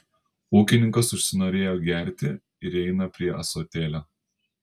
ūkininkas užsinorėjo gerti ir eina prie ąsotėlio